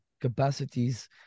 capacities